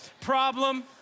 problem